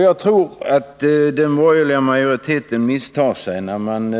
Jag tror att den borgerliga majoriteten gör ett misstag när man